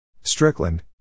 Strickland